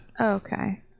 okay